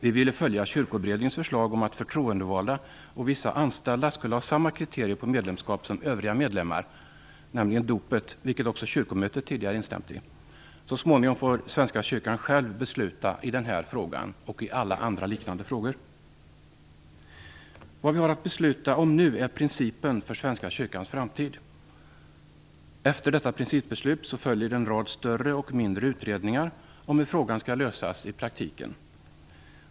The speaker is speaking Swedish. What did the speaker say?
Vi ville följa Kyrkoberedningens förslag om att förtroendevalda och vissa anställda skulle ha samma kriterier på medlemskap som övriga medlemmar, nämligen dopet, vilket också Kyrkomötet tidigare instämt i. Så småningom får Svenska kyrkan själv besluta i den här frågan och i alla andra liknande frågor. Vad vi har att besluta om nu är principen för Svenska kyrkans framtid. Efter detta principbeslut följer en rad större och mindre utredningar om hur frågan skall lösas i praktiken.